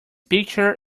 picture